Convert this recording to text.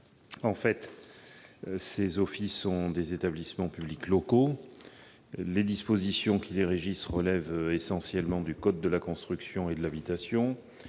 En fait, ces offices sont des établissements publics locaux. Les dispositions qui les régissent relèvent essentiellement du code de la construction et de l'habitation.